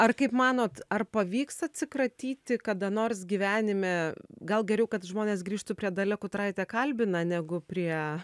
ar kaip manot ar pavyks atsikratyti kada nors gyvenime gal geriau kad žmonės grįžtų prie dalia kutraitė kalbina negu prie